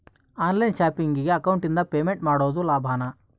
On line ಶಾಪಿಂಗಿಗೆ ಅಕೌಂಟಿಂದ payment ಮಾಡೋದು ಲಾಭಾನ?